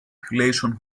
population